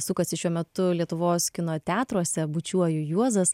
sukasi šiuo metu lietuvos kino teatruose bučiuoju juozas